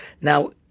Now